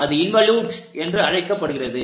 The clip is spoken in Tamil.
அது இன்வோலுட் என்று அழைக்கப்படுகிறது